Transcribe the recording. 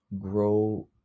grow